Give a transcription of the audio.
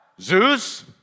Zeus